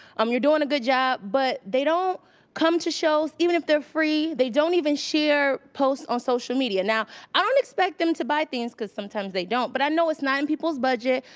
um you're doing a good job, but they don't come to shows, even if they're free. they don't even share posts on social media. now i don't expect them to buy things cause sometimes they don't. but i know it's not in people's budget,